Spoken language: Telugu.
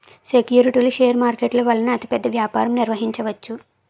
సెక్యూరిటీలు షేర్ మార్కెట్ల వలన అతిపెద్ద వ్యాపారం నిర్వహించవచ్చు